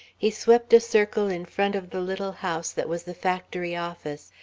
he swept a circle in front of the little house that was the factory office,